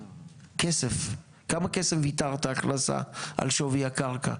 כסף, כמה כסף ויתרת הכנסה על שווי הקרקע?